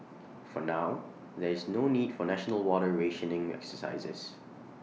for now there is no need for national water rationing exercises